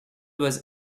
was